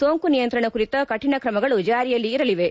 ಸೋಂಕು ನಿಯಂತ್ರಣ ಕುರಿತ ಕಠಿಣ ಕ್ರಮಗಳು ಜಾರಿಯಲ್ಲಿ ಇರಲಿವೆ